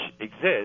exist